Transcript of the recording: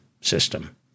system